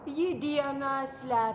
ji dieną slepia